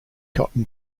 cotton